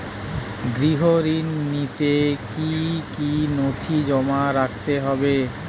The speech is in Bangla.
গৃহ ঋণ নিতে কি কি নথি জমা রাখতে হবে?